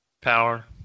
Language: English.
Power